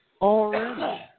Already